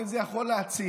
אומרים: זה יכול להתסיס.